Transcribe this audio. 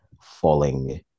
falling